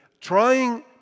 trying